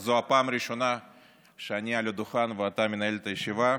זאת הפעם הראשונה שאני על הדוכן ואתה מנהל את הישיבה.